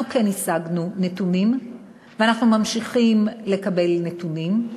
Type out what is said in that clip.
אנחנו כן השגנו נתונים ואנחנו ממשיכים לקבל נתונים.